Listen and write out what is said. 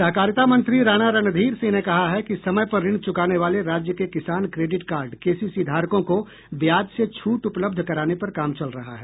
सहकारिता मंत्री राणा रणधीर सिंह ने कहा है कि समय पर ऋण चूकाने वाले राज्य के किसान क्रेडिट कार्ड केसीसी धारकों को ब्याज से छूट उपलब्ध कराने पर काम चल रहा है